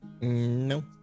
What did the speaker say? No